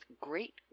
great